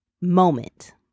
moment